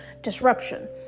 Disruption